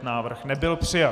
Návrh nebyl přijat.